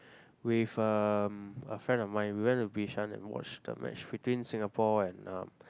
with um a friend of mine we went to Bishan and watch the match between Singapore and um